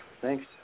thanks